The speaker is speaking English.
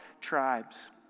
tribes